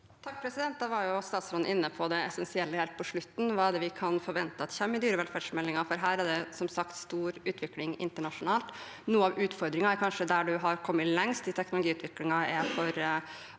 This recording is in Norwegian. (MDG) Da var statsråden inne på det essensielle helt på slutten, hva vi kan forvente at kommer i dyrevelferdsmeldingen, for her er det som sagt stor utvikling internasjonalt. Noe av utfordringen er kanskje at der man har kommet lengst i teknologiutviklingen, er for